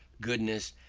goodness,